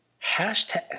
hashtag